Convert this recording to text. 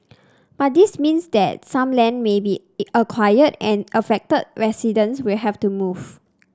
but this means that some land may be acquired and affected residents will have to move